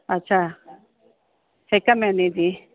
अच्छा हिक महीने जी